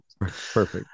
Perfect